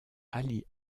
ali